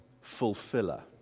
fulfiller